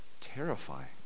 terrifying